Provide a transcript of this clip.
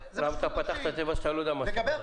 רם, פתחת תיבה ואתה לא יודע מה יש בה.